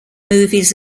movies